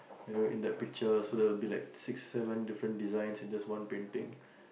you know in that picture so there will be like six seven different design in just one painting